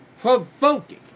provoking